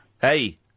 Hey